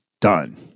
done